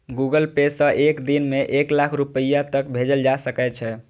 Google Pay सं एक दिन मे एक लाख रुपैया तक भेजल जा सकै छै